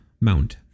mount